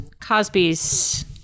Cosby's